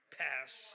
pass